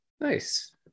nice